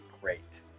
great